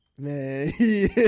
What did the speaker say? Man